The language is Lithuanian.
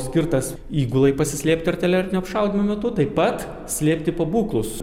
skirtas įgulai pasislėpti artilerinio apšaudymo metu taip pat slėpti pabūklus